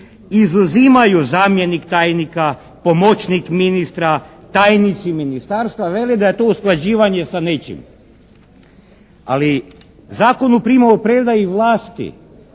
izuzimaju zamjenik tajnika, pomoćnik ministra, tajnici ministarstva, veli da je to usklađivanje sa nečim. Ali Zakon o primopredaji vlasti